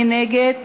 מי נגד?